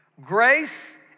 grace